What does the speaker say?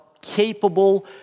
capable